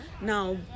Now